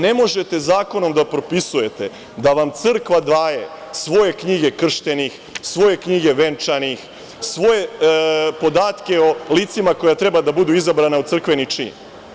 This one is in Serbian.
Ne možete zakonom da propisujete da vam crkva daje svoje knjige krštenih, svoje knjige venčanih, svoje podatke o licima koja treba da budu izabrana u crkveni čin.